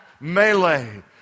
melee